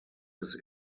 his